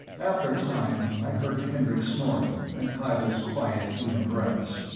after a time i heard kendricks snoring, and kyla's quiet even breaths.